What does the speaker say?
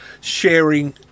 sharing